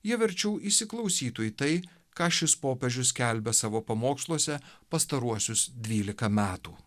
jie verčiau įsiklausytų į tai ką šis popiežius skelbia savo pamoksluose pastaruosius dvylika metų